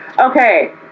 Okay